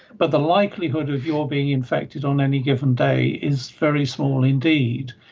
but the likelihood of your being infected on any given day is very small indeed.